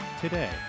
today